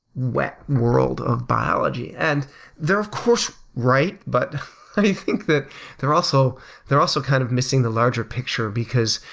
wet world of biology. and they're of course right, but i think that they're also they're also kind of missing the larger picture, because,